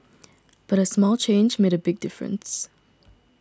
but a small change made a big difference